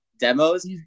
demos